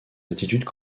attitudes